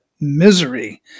misery